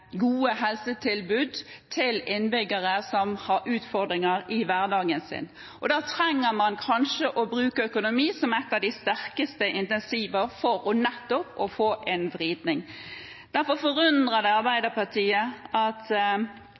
gode helsetilbud til innbyggere som har utfordringer i hverdagen sin. Da trenger man å bruke økonomi som et av de sterkeste incentivene for nettopp å få en vridning. Derfor forundrer det Arbeiderpartiet at